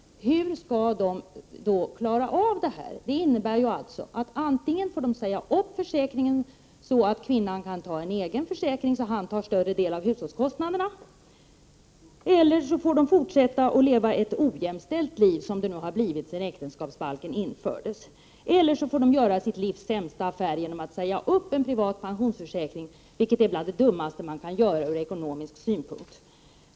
Hur skall de klara av situationen? Antingen får de säga upp försäkringen så att kvinnan kan ta en egen försäkring och han tar större del av hushållskostnaderna eller också får de fortsätta att leva ett ojämställt liv, som det har blivit sedan äktenskapsbalken infördes. Eller också får de göra sitt livs sämsta affär genom att säga upp den privata pensionsförsäkringen, och det är det dummaste man kan göra ur ekonomisk synpunkt.